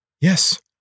Yes